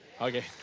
Okay